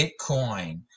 Bitcoin